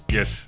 Yes